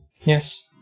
Yes